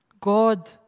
God